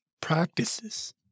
practices